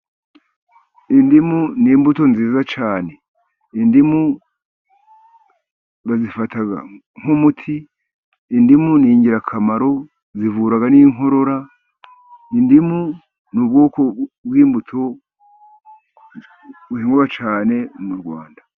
Indimu ni imbuto nziza cyane. Indimu bazifata nk'umuti, indimu ni ingirakamaro zivura n'inkorora. Indimu ni ubwoko bw'imbuto buhingwa cyane mu Rwanda.